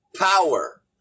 power